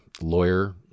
lawyer